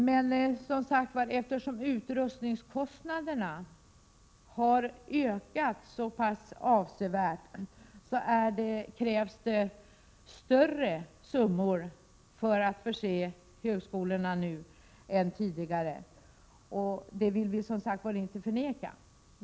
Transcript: Men eftersom utrustningskostnaderna har ökat så avsevärt, krävs det som sagt större summor än tidigare för att förse högskolorna med utrustning; det vill vi alltså inte förneka.